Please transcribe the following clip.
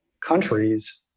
countries